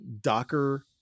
Docker